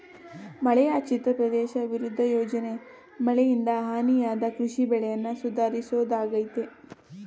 ಮಳೆಯಾಶ್ರಿತ ಪ್ರದೇಶ ಅಭಿವೃದ್ಧಿ ಯೋಜನೆ ಮಳೆಯಿಂದ ಹಾನಿಯಾದ ಕೃಷಿ ಬೆಳೆಯನ್ನ ಸುಧಾರಿಸೋದಾಗಯ್ತೆ